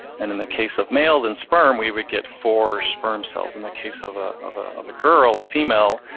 and in the case of males in sperm, we would get four sperm cells. in the case of ah of ah of a girl, a female,